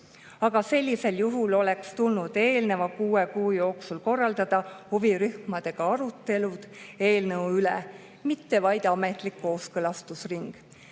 aga sellisel juhul oleks tulnud eelneva kuue kuu jooksul korraldada huvirühmadega arutelud eelnõu üle, mitte vaid ametlik kooskõlastusring.